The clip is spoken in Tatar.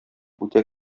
үтә